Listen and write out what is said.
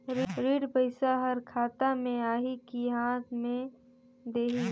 ऋण पइसा हर खाता मे आही की हाथ मे देही?